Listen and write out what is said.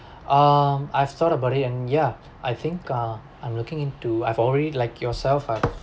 um I've thought about it and yeah I think uh I'm looking into I've already like yourself I